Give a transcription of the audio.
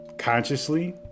consciously